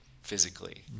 physically